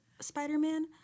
Spider-Man